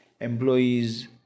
employees